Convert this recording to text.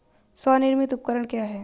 स्वनिर्मित उपकरण क्या है?